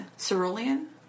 Cerulean